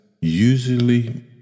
usually